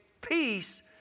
peace